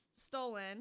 stolen